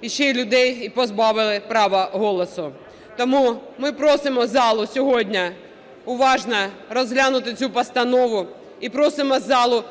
і ще людей позбавили права голосу. Тому ми просимо зал сьогодні уважно розглянути цю постанову і просимо зал